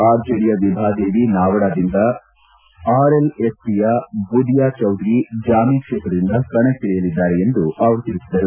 ಆರ್ಜೆಡಿಯ ವಿಭಾದೇವಿ ನಾವಡದಿಂದ ಆರ್ಎಲ್ಎಸ್ಪಿಯ ಭುದಿಯೊ ಚೌಧರಿ ಜಾಮಿ ಕ್ಷೇತ್ರದಿಂದ ಕಣಕ್ಕಿಳಿಯಲಿದ್ದಾರೆ ಎಂದು ತಿಳಿಸಿದರು